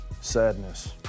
Sadness